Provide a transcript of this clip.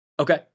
Okay